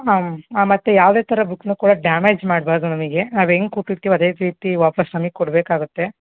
ಅಮ್ ಹಾಂ ಮತ್ತು ಯಾವುದೇ ಥರ ಬುಕ್ಕನ್ನು ಕೂಡ ಡ್ಯಾಮೇಜ್ ಮಾಡಬಾರ್ದು ನಮಗೆ ನಾವು ಹೆಂಗ್ ಕೊಟ್ಟಿರ್ತೀವಿ ಅದೇ ರೀತಿ ವಾಪಸ್ ನಮಗೆ ಕೊಡಬೇಕಾಗತ್ತೆ